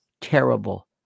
terrible